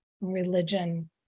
religion